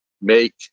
make